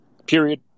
Period